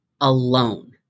alone